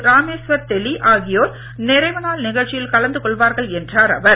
ராமேஸ்வர் தெலி ஆகியோர் நிறைவு நாள் நிகழ்ச்சியில் கலந்து கொள்வார்கள் என்றார் அவர்